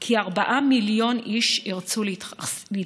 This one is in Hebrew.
כי 4 מיליון איש ירצו להתחסן.